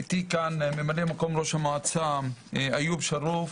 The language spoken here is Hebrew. איתי כאן ממלא מקום ראש המועצה איוב שרוף,